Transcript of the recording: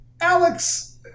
Alex